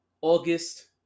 August